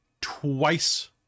twice